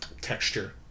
texture